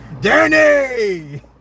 Danny